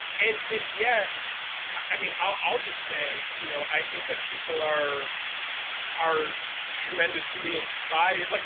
and and yet i mean, i'll just say you know i think that people are are tremendously inspired. like